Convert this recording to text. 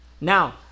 now